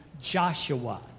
Joshua